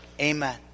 amen